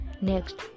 Next